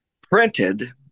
printed